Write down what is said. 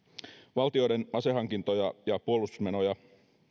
valtioiden asehankintoja ja puolustusmenoja